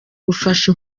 gufasha